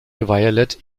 violette